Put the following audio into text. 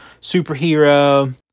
superhero